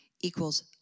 equals